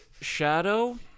Shadow